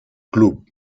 club